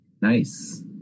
Nice